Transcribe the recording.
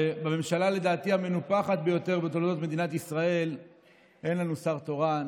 בממשלה לדעתי המנופחת ביותר בתולדות מדינת ישראל אין לנו שר תורן.